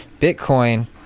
Bitcoin